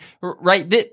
right